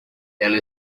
ela